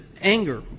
anger